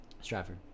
Stratford